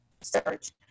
search